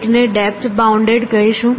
એકને depth bounded કહીશું